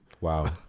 Wow